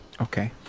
okay